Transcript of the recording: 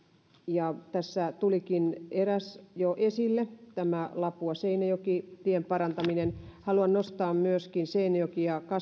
tässä tulikin eräs jo esille tämä lapua seinäjoki tien parantaminen haluan nostaa myöskin seinäjoki